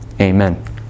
Amen